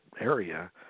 area